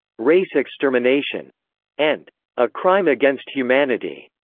race extermination and a crime against humanity.